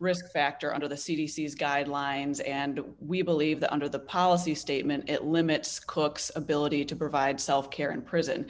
risk factor under the c d c s guidelines and we believe that under the policy statement it limits cook's ability to provide self care in prison